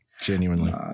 Genuinely